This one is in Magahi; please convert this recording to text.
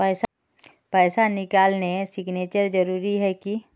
पैसा निकालने सिग्नेचर जरुरी है की?